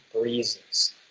breezes